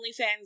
OnlyFans